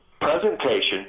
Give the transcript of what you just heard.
presentation